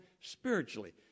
spiritually